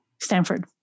Stanford